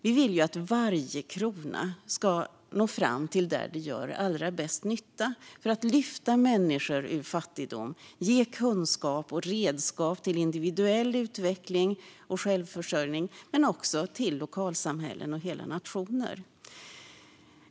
Vi vill ju att varje krona ska nå fram dit där den gör allra bäst nytta för att lyfta människor ur fattigdom och ge kunskap och redskap för utveckling och självförsörjning till individer men också till lokalsamhällen och hela nationer.